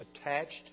attached